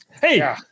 Hey